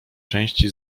części